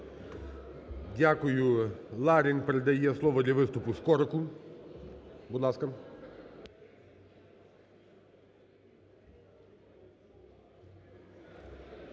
Дякую. Ларін передає слово для виступу Скорику. Будь ласка.